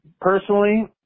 Personally